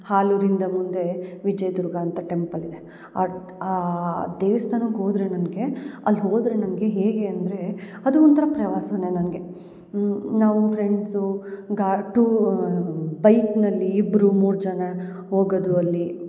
ಹಾಲೂರಿಂದ ಮುಂದೆ ವಿಜಯ್ ದುರ್ಗ ಅಂತ ಟೆಂಪಲ್ ಇದೆ ಆಟ ದೇವಿಸ್ಥಾನಕ್ಕೆ ಹೋದ್ರೆ ನನಗೆ ಅಲ್ಲಿ ಹೋದರೆ ನನಗೆ ಹೇಗೆ ಅಂದರೆ ಅದು ಒಂಥರ ಪ್ರವಾಸನೇ ನನಗೆ ನಾವು ಫ್ರೆಂಡ್ಸು ಗಾ ಟೂ ಬೈಕ್ನಲ್ಲಿ ಇಬ್ಬರು ಮೂರು ಜನ ಹೋಗದು ಅಲ್ಲಿ